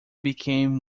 became